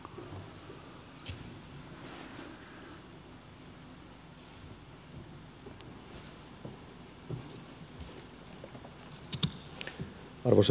arvoisa puhemies